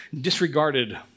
disregarded